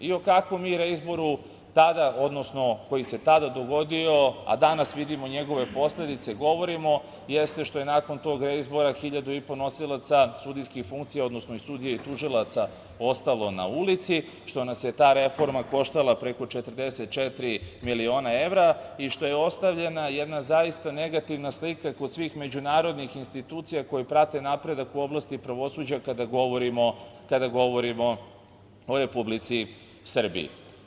O kakvom reizboru koji se tada dogodio, a danas vidimo njegove posledice, govorimo jeste što je nakon tog reizbora hiljadu i po nosilaca sudijskih funkcija, odnosno sudija i tužilaca ostalo na ulici, što nas je ta reforma koštala preko 44 miliona evra i što je ostavljena jedna zaista negativna slika kod svih međunarodnih institucija koje prate napredak u oblasti pravosuđa, kada govorimo o Republici Srbiji.